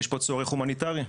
יש פה צורך הומניטרי,